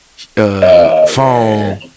Phone